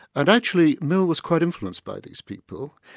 and actually mill was quite influenced by these people,